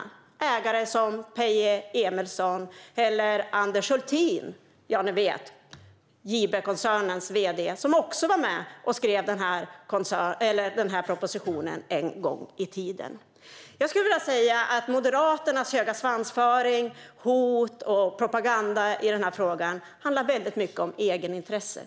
De går till ägare som Peje Emilsson eller Anders Hultin, JB-koncernens vd, som också var med och skrev denna proposition en gång i tiden. Jag skulle vilja säga att Moderaternas höga svansföring, hot och propaganda i denna fråga handlar väldigt mycket om egenintresse.